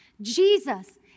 Jesus